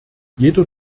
jeder